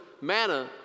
manna